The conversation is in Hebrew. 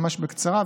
ממש בקצרה,